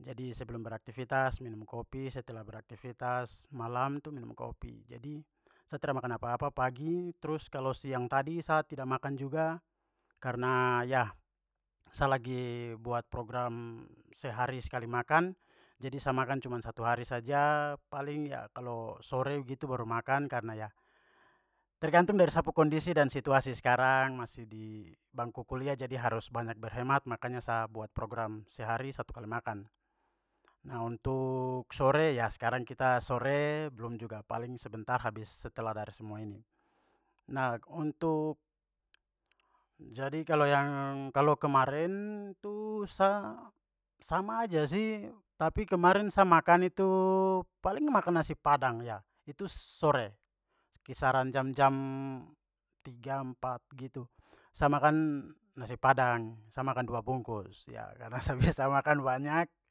Jadi sebelum beraktifitas minum kopi, setelah beraktifitas malam tu minum kopi. Jadi sa tra makan apa-apa pagi. Trus kalau siang tadi sa tidak makan juga karena ya saya lagi buat program sehari sekali makan jadi sa makan cuman satu hari saja paling ya kalo sore begitu baru makan, karena ya tergantung dari sa pu kondisi dan situasi, sekarang masih di bangku kuliah jadi harus banyak berhemat makanya sa buat program sehari satu kali makan. Nah, untuk sore ya sekarang kita sore belum juga, paling sebentar habis setelah dari semua ini. Nah, untuk- jadi kalau yang- kalo kemarin tuh sa sama aja sih, tapi kemarin sa makan itu paling makan nasi padang ya. Itu sore, kisaran jam-jam tiga, empat begitu. Sa makan nasi padang, sa makan dua bungkus, ya karena sa biasa makan banyak.